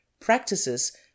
practices